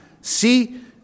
See